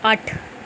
अट्ठ